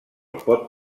pot